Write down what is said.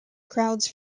crowds